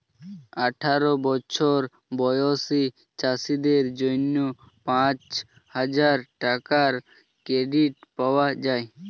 আঠারো বছর বয়সী চাষীদের জন্য পাঁচহাজার টাকার ক্রেডিট পাওয়া যায়